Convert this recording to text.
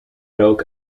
rook